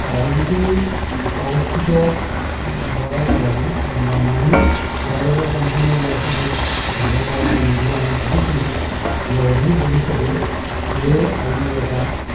আৰু যিখিনি অশিক্ষিত ল'ৰা ছোৱালী বা মানুহ তেওঁলোকে সম্পূৰ্ণ ইয়াৰ সুযোগ ল'ব পৰা নাই যদিও আমি ভাবিছোঁ যে অদূৰ ভৱিষ্যতে এ আই এ আই এটা